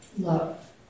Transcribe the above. love